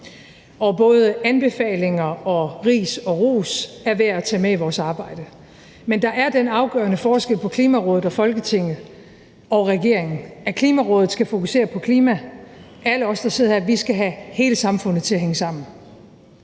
og både anbefalinger og ris og ros er værd at tage med i vores arbejde. Men der er den afgørende forskel på Klimarådet og Folketinget og regeringen, at Klimarådet skal fokusere på klimaet, mens alle os, der sidder her, skal have hele samfundet til at hænge sammen.